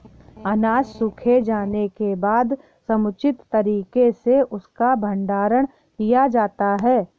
अनाज सूख जाने के बाद समुचित तरीके से उसका भंडारण किया जाता है